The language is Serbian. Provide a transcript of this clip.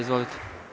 Izvolite.